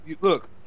look